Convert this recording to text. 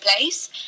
place